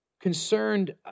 concerned